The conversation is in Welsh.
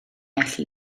allu